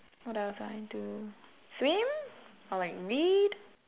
what else ah I do swim or like read